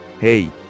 hey